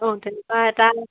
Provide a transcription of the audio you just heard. অঁ তেনেকুৱা এটা